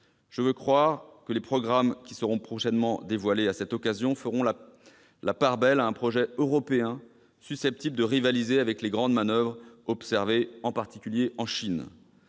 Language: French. Je veux croire que les programmes prochainement dévoilés feront la part belle à un projet européen susceptible de rivaliser avec les grandes manoeuvres observées, en particulier, en Chine.